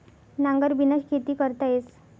नांगरबिना खेती करता येस